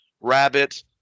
rabbit